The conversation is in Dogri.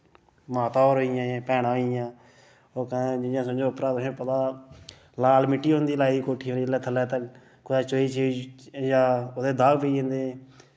माता और होई गेइयां जां भैना होई गेइयां ओ कदें जि'यां समझो उप्परा तुसें पता लाल मिट्टी होंदी लाई कोठिये ई जिसलै थल्लै तां कुतै चोई शोई जां कुतै दाग पेई जंदे